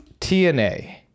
TNA